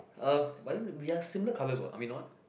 ugh but then we are similar colours what are we not